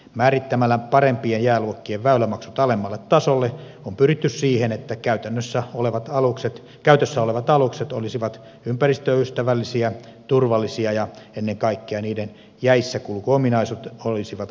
määrittämällä parempien jääluokkien väylämaksut alemmalle tasolle on pyritty siihen että käytössä olevat alukset olisivat ympäristöystävällisiä turvallisia ja ennen kaikkea niiden jäissäkulkuominaisuudet olisivat mahdollisimman hyviä